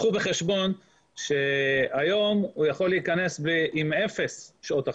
קחו בחשבון שהיום הוא יכול להיכנס עם אפס שעות הכשרה.